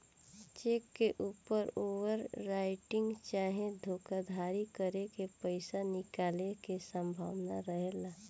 check के ऊपर overwriting चाहे धोखाधरी करके पईसा निकाले के संभावना रहेला